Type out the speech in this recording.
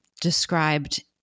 described